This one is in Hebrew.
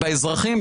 באזרחים,